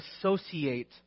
associate